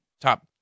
top